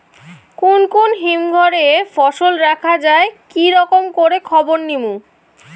কুন কুন হিমঘর এ ফসল রাখা যায় কি রকম করে খবর নিমু?